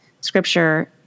scripture